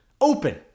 open